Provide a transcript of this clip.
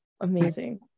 amazing